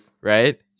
right